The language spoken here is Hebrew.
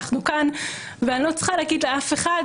אנחנו כאן ואני לא צריכה להגיד לאף אחד